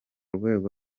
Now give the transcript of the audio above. rwego